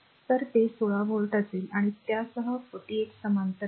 तर ते 16 व्होल्ट असेल आणि त्यासह 48 समांतर आहे